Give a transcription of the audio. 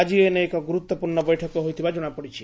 ଆକି ଏନେଇ ଏକ ଗୁରୁତ୍ୱପ୍ରର୍ଶ୍ଣ ବୈଠକ ହୋଇଥିବା ଜଣାପଡିଛି